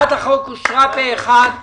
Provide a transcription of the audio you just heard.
הצעת החוק אושרה פה-אחד.